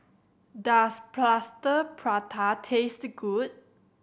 does Plaster Prata taste good